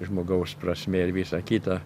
žmogaus prasmė ir visa kita